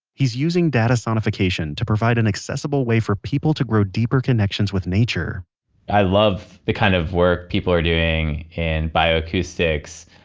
he's using data sonification to provide an accessible way for people to grow deeper connections with nature i love the kind of work people are doing in bioacoustics,